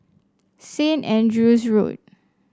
Saint Andrew's Road